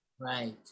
right